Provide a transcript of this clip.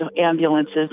ambulances